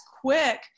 quick